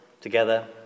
together